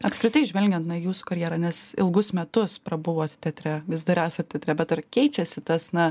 apskritai žvelgiant na jūsų karjera nes ilgus metus prabuvot teatre vis dar esat teatre bet ar keičiasi tas na